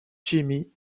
jimmie